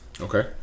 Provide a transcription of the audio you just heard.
Okay